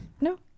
No